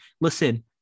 listen